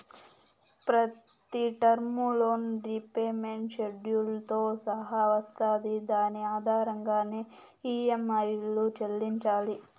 ప్రతి term loan repayment షెడ్యూల్తో సహా వస్తాది దాని ఆధారంగానే ఈ.యం.ఐలు చెల్లించాలి